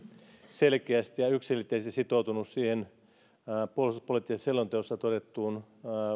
selkeästi ja yksiselitteisesti sitoutunut siihen puolustuspoliittisessa selonteossa todettuun